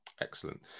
Excellent